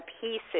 pieces